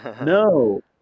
no